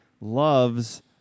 loves